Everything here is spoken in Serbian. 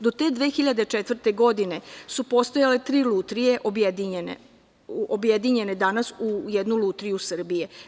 Do te 2004. godine su postojale tri lutrije, objedinjene danas u jednu „Lutriju Srbije“